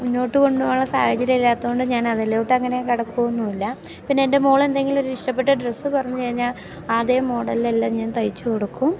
മുന്നോട്ട് കൊണ്ട് പോവാൻ ഉള്ള സാഹചര്യം ഇല്ലാത്തോണ്ട് ഞാന് അതിലോട്ടങ്ങനെ കടക്കുവൊന്നൂല്ല പിന്നെ എന്റെ മോൾ എന്തെങ്കിലും ഒരു ഇഷ്ടപ്പെട്ട ഡ്രസ്സ് പറഞ്ഞ് കഴിഞ്ഞാൽ അതേ മോഡൽലെല്ലാം ഞാൻ തയ്ച്ച് കൊടുക്കും